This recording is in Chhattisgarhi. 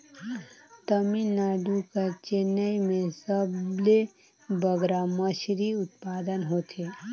तमिलनाडु कर चेन्नई में सबले बगरा मछरी उत्पादन होथे